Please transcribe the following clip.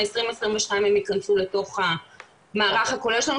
מ-2022 הם יכנסו לתוך המערך הכולל שלנו.